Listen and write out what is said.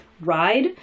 ride